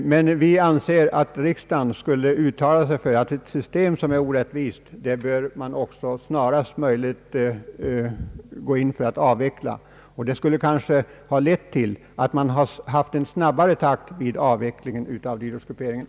Vi anser dock att riksdagen skall uttala sig för att ett system som är orättvist snarast möjligt bör avvecklas. Det skulle kanske ha lett till en snabbare takt i avvecklingen av dyrortsgrupperingen.